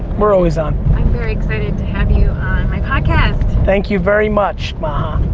we're always on. i'm very excited to have you my podcast. thank you very much, maha.